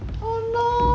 oh no